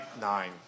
nine